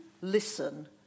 listen